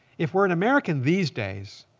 if we're an american these days,